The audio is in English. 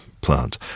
plant